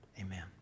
Amen